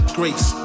grace